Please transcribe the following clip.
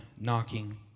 knocking